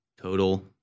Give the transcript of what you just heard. Total